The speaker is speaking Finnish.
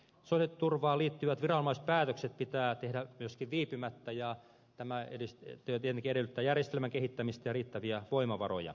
sosiaaliturvaan liittyvät viranomaispäätökset pitää tehdä myöskin viipymättä ja tämä työ tietenkin edellyttää järjestelmän kehittämistä ja riittäviä voimavaroja